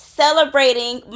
celebrating